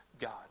God